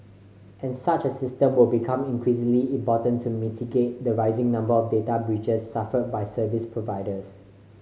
and such a system will become increasingly important to mitigate the rising number of data breaches suffered by service providers